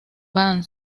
cambió